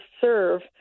serve